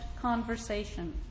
conversation